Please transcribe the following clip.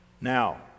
Now